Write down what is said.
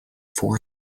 fourth